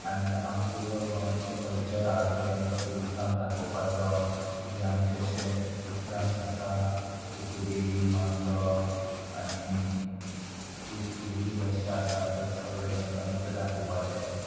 आनी आमचो जो गोंयचो कल्चर आहा तो तेंकां ट्युरिस्टांक दाखोवपाचो जे आमचे अशे फोक डांस आसा फुगडी मांडो आनी खूब किदें किदें अशें आसा तेंच सगळें तेंकां म्हटलें दाखोवपाचें